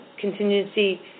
contingency